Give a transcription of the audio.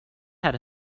had